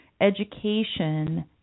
education